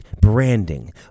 branding